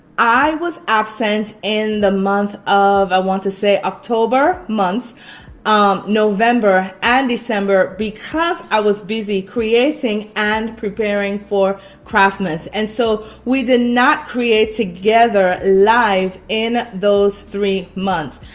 i was absent in the month of i want to say october months um november and december because i was busy creating and preparing for craftmas and so we did not create together live in those three months.